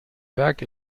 werk